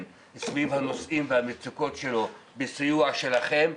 סביב הנושאים והמצוקות שלו בסיוע שלכם,